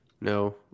No